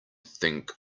think